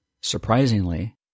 Surprisingly